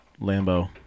Lambo